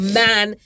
man